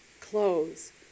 clothes